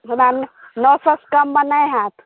हमरा नओ सए से कममे नहि हैत